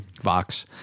Vox